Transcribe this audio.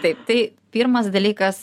taip tai pirmas dalykas